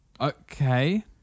Okay